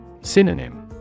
Synonym